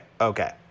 Okay